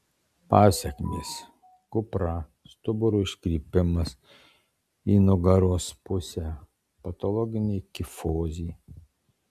pasekmės kupra stuburo iškrypimas į nugaros pusę patologinė kifozė